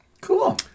Cool